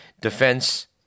Defense